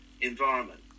environment